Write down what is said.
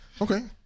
Okay